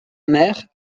mère